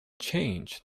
changed